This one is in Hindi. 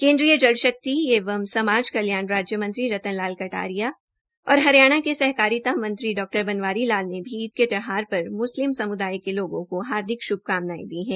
केन्द्रीय जल शक्तिएवं समाज कल्याण राज्य मंत्री रतन लाल कटारिया और हरियाणा के सहकारिता मंत्री डॉ बनवारी लाल ने भी ईद के त्यौहार पर मुस्लिम समुदाय के लोगो को हार्दिक शुभकामनायें दी है